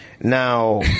Now